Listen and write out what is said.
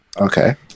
Okay